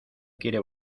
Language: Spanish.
quiere